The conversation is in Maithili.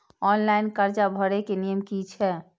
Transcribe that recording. ऑनलाइन कर्जा भरे के नियम की छे?